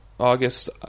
August